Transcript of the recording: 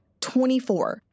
24